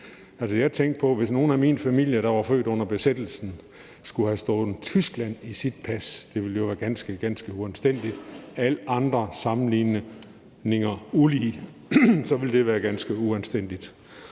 Jeg tænker på, at hvis nogen i min familie, der var født under besættelsen, skulle have Tyskland stående i deres pas, så ville det jo være ganske, ganske uanstændigt. Uden sammenligning i øvrigt ville det være ganske uanstændigt.